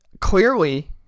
clearly